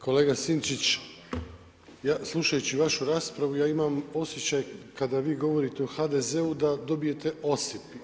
Kolega Sinčić, slušajući vašu raspravu, ja imam osjećaj kada vi govorite u HDZ-u da dobijete osip.